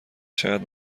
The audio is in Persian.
چقدر